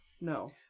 No